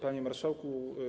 Panie Marszałku!